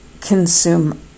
consume